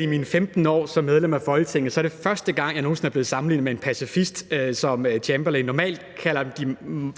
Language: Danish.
i mine 15 år som medlem af Folketinget er første gang nogen sinde, at jeg er blevet sammenlignet med en pacifist som Chamberlain. Normalt kalder